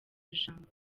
ijambo